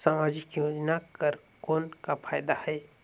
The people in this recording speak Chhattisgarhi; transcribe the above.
समाजिक योजना कर कौन का फायदा है?